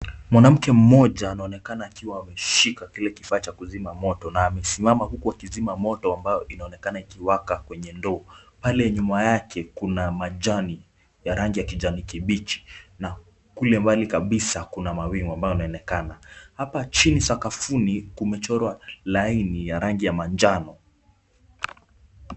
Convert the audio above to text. Mwanamke mmoja anaonekana akiwa ameshika kile kifaa cha kuzima moto na amesimama huku akizima moto ambayo inaonekana ikiwaka kwenye ndoo. Pale nyuma yake kuna majani ya rangi ya kijani kibichi na kule mbali kabisa kuna mawingu ambayo yanaonekana. Hapa chini sakafuni kumechorwa laini ya rangi ya manjano.